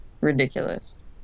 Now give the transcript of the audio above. Ridiculous